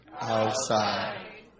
Outside